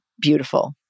beautiful